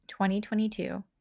2022